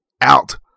out